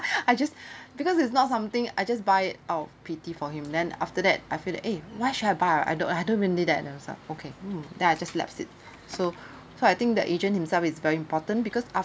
I just because it's not something I just buy it oh pity for him then after that I feel eh why should I buy oh I don't I don't need that you knows ah okay mm then I just lapse it so so I think the agent himself is very important because af~